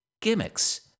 gimmicks